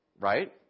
right